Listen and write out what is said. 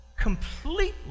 completely